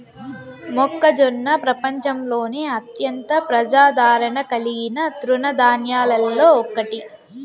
మొక్కజొన్న ప్రపంచంలోనే అత్యంత ప్రజాదారణ కలిగిన తృణ ధాన్యాలలో ఒకటి